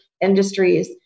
industries